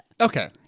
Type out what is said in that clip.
Okay